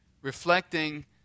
reflecting